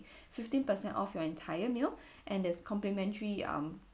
fifteen percent of your entire meal and there's complimentary um